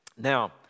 Now